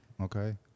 Okay